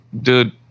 Dude